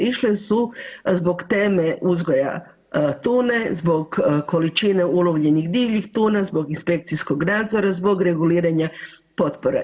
Išle su zbog teme uzgoja tune, zbog količine ulovljenih divljih tuna, zbog inspekcijskog nadzora, zbog reguliranja potpora.